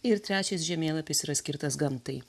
ir trečias žemėlapis yra skirtas gamtai